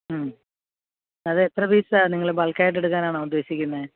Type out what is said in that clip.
ഉം അത് എത്ര പീസാ നിങ്ങള് ബൾക്കായിട്ടെടുക്കാനാണോ ഉദ്ദേശിക്കുന്നേ